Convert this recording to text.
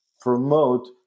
promote